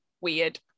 Weird